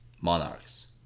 monarchs